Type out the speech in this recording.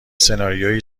سناریویی